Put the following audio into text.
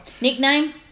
Nickname